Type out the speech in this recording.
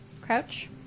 crouch